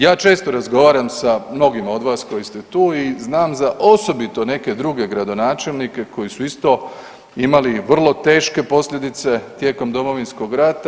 Ja često razgovaram sa mnogima od vas koji ste tu i znam za osobito neke druge gradonačelnike koji su isto imali vrlo teške posljedice tijekom Domovinskog rata.